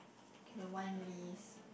can a one lease